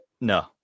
No